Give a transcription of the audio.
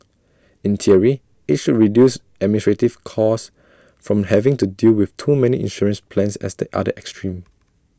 in theory IT should reduce administrative costs from having to deal with too many insurance plans as the other extreme